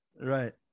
Right